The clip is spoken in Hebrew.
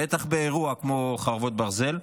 בטח באירוע כמו חרבות ברזל,